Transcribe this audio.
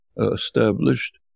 established